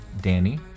Danny